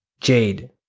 Jade